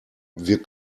wir